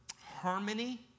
harmony